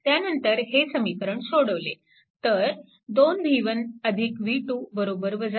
त्यानंतर हे समीकरण सोडवले तर 2 v1 v2 20